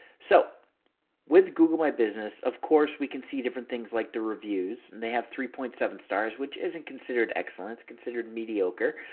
so with google my business, of course we can see different things like the reviews and they have three point seven stars, which isn't considered excellent, it's considered mediocre.